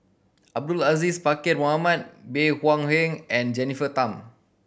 Abdul Aziz Pakkeer Mohamed Bey Hua Heng and Jennifer Tham